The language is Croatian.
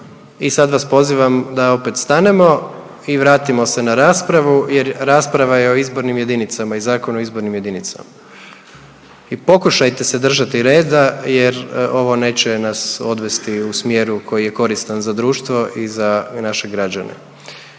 i sad vas pozivam da opet stanemo i vratimo se na raspravu, jer rasprava je o izbornim jedinicama i Zakonu o izbornim jedinicama i pokušajte se držati reda jer ovo neće nas odvesti u smjeru koji je koristan za društvo i za naše građane.